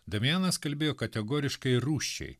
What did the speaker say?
damianas kalbėjo kategoriškai ir rūsčiai